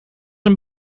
een